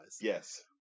Yes